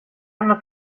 anno